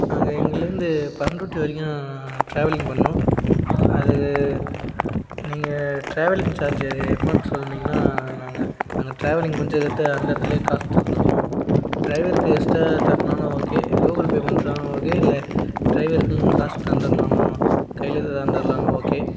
நாங்கள் இங்கேலருந்து பண்ருட்டி வரைக்கும் ட்ராவெல்லிங் பண்ணும் அது நீங்கள் ட்ராவெலிங் சார்ஜ்ஜீ எம்மானு சொன்னிங்கன்னால் நாங்கள் அங்கே ட்ராவெல்லிங் முடிஞ்சதுக்கு அந்த இடத்துலயே காசு தந்துடுவோம் டிரைவருக்கு எக்ஸ்ட்ரா தரணும்னா ஓகே கூகுள் பே பண்ணுற ஓகே இல்லை டிரைவருக்கும் காசு தந்துன்னாலும் கையிலே தந்துர்னாலும் ஓகே